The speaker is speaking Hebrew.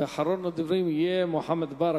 ואחרון הדוברים יהיה חבר הכנסת מוחמד ברכה.